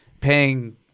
paying –